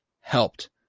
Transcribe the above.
helped